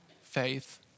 faith